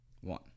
One